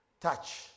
touch